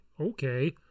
Okay